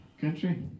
country